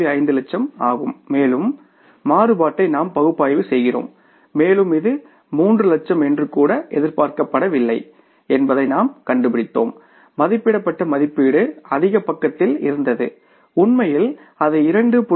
5 லட்சம் ஆகும் மேலும் மாறுபாட்டை நாம் பகுப்பாய்வு செய்கிறோம் மேலும் இது 3 லட்சம் என்று கூட எதிர்பார்க்கப்படவில்லை என்பதைக் கண்டுபிடித்தோம் மதிப்பிடப்பட்ட மதிப்பீடு அதிக பக்கத்தில் இருந்தது உண்மையில் அது 2